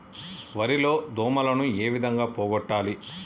వరి లో దోమలని ఏ విధంగా పోగొట్టాలి?